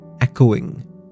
echoing